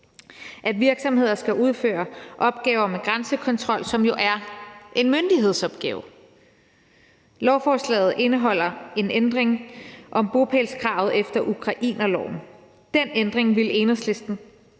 at virksomheder skal udføre opgaver med grænsekontrol, som jo er en myndighedsopgave. Lovforslaget indeholder en ændring om bopælskravet efter ukrainerloven. Den ændring ville Enhedslisten